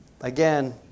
Again